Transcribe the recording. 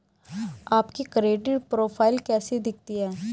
आपकी credit profile कैसी दिखती है?